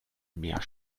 mehr